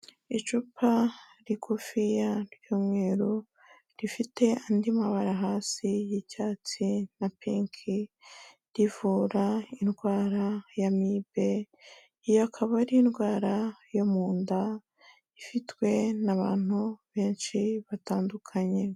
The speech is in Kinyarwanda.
Icupa rigufiya ry'umweru, rifite andi mabara hasi y'icyatsi na pinki, rivura indwara ya amibe, iyo akaba ari indwara yo mu nda, ifitwe n'abantu benshi batandukanye.